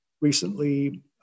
recently